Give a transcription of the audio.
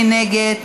מי נגד?